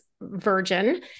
Virgin